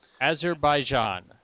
Azerbaijan